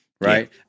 right